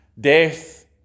death